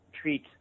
treat